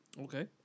Okay